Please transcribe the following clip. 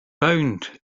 bound